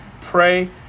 Pray